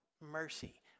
mercy